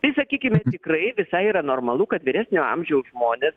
tai sakykim tikrai visai normalu kad vyresnio amžiaus žmonės